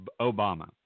Obama